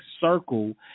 circle